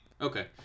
Okay